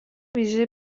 ویژهی